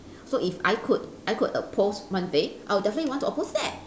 so if I could I could oppose one day I would definitely want to oppose that